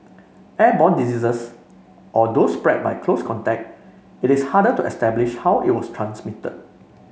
airborne diseases or those spread by close contact it is harder to establish how it was transmitted